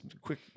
quick